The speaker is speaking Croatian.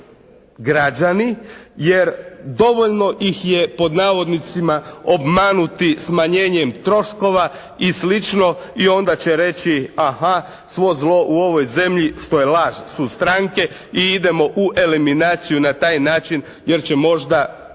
građani jer dovoljno ih je pod navodnicima obmanuti smanjenjem troškova i slično i onda će reći «Aha, svo zlo u ovoj zemlji» što je laž, «su stranke i idemo u eliminaciju na taj način jer će možda»